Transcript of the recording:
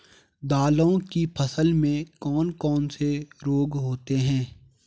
दालों की फसल में कौन कौन से रोग होते हैं?